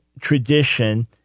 tradition